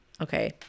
Okay